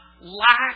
lack